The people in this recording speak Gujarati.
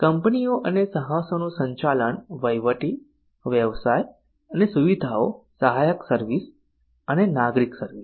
કંપનીઓ અને સાહસોનું સંચાલન વહીવટી વ્યવસાય અને સુવિધાઓ સહાયક સર્વિસ અને નાગરિક સર્વિસ